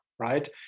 Right